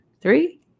three